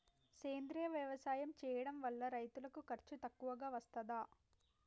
సేంద్రీయ వ్యవసాయం చేయడం వల్ల రైతులకు ఖర్చు తక్కువగా వస్తదా?